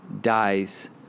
dies